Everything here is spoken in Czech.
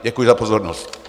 Děkuji za pozornost.